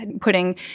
putting